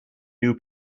new